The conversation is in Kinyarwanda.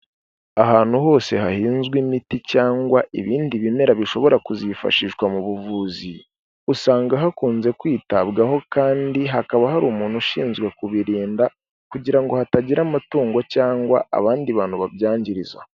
Ahantu hose hahinzwe imiti cyangwa ibindi bimera bishobora kuzifashishwa mu buvuzi, usanga hakunze kwitabwaho kandi hakaba hari umuntu ushinzwe kubirinda kugira ngo hatagira amatungo cyangwa abandi bantu babyangiza.